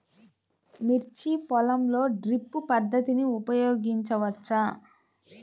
మిర్చి పొలంలో డ్రిప్ పద్ధతిని ఉపయోగించవచ్చా?